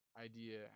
idea